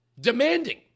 demanding